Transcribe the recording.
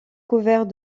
couvert